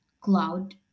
cloud